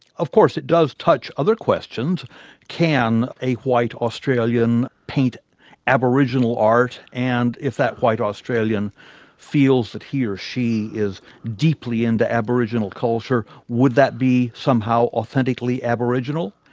of course it does touch other questions can a white australian paint aboriginal art? and if that white australian feels that he or she is deeply into aboriginal culture, would that be somehow authentically aboriginal?